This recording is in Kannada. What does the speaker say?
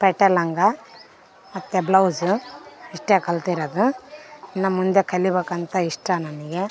ಪೇಟ ಲಂಗ ಮತ್ತು ಬ್ಲೌಸ್ ಇಷ್ಟೆ ಕಲ್ತಿರೋದು ಇನ್ನು ಮುಂದೆ ಕಲಿಬೇಕಂತ ಇಷ್ಟ ನನಗೆ